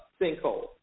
sinkhole